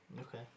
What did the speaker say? okay